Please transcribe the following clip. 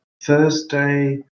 Thursday